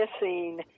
missing